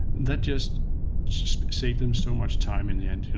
that just just saved them so much time in the end.